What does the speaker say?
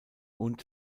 und